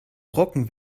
brocken